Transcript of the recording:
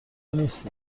نیست